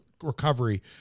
recovery